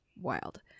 wild